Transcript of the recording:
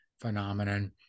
phenomenon